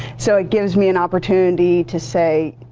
so it gives me an opportunity to say